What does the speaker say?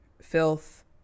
filth